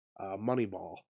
Moneyball